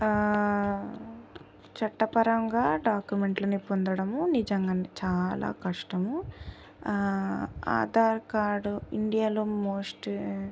చట్టపరంగా డాక్యుమెంట్లని పొందడం నిజంగా చాలా కష్టము ఆధార్ కార్డు ఇండియాలో మోస్ట్